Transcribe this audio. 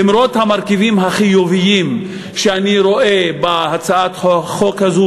למרות המרכיבים החיוביים שאני רואה בהצעת החוק הזו,